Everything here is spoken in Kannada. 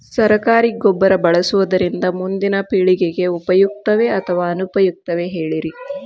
ಸರಕಾರಿ ಗೊಬ್ಬರ ಬಳಸುವುದರಿಂದ ಮುಂದಿನ ಪೇಳಿಗೆಗೆ ಉಪಯುಕ್ತವೇ ಅಥವಾ ಅನುಪಯುಕ್ತವೇ ಹೇಳಿರಿ